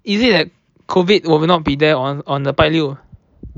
is it like COVID will not be there on on the 拜六